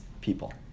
people